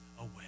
away